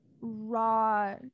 raw